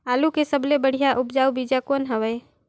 आलू के सबले बढ़िया उपजाऊ बीजा कौन हवय?